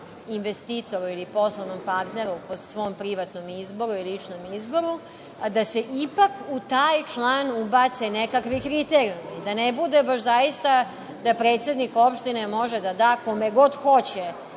investitoru ili poslovnom partneru, po svom privatnom izboru i ličnom izboru, da se ipak u taj član ubace i nekakvi kriterijumi. Da ne bude baš zaista da predsednik opštine može da da kome god hoće